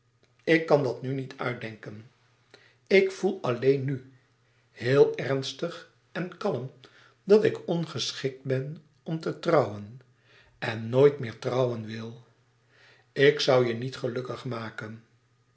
ik kan dat nu niet uitdenken ik voel alleen nu heel ernstig en kalm dat ik ongeschikt ben om te trouwen en nooit meer trouwen wil ik zoû je niet gelukkig maken